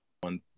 one